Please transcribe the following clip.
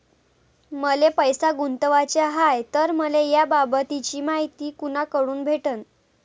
मले पैसा गुंतवाचा हाय तर मले याबाबतीची मायती कुनाकडून भेटन?